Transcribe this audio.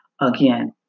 Again